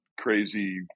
crazy